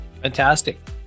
Fantastic